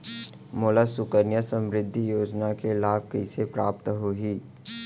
मोला सुकन्या समृद्धि योजना के लाभ कइसे प्राप्त होही?